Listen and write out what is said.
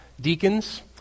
Deacons